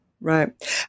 right